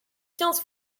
quinze